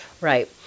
Right